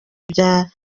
bya